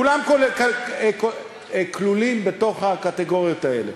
כולם כלולים בתוך הקטגוריות האלה,